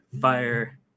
fire